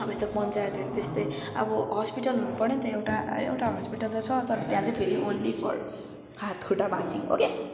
अब यता पञ्चायतहरू त्यस्तै अब हस्पिटल हुनु पर्यो नि त एउटा एउटा हस्पिटल त छ तर त्यहाँ चाहिँ फेरि अनली फर हात खुट्टा भाँच्चिएको के